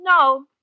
No